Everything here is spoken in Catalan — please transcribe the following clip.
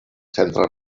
centres